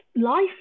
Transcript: life